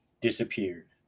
disappeared